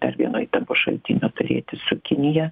dar vieno įtampos šaltinio turėti su kinija